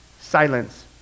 silence